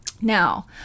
Now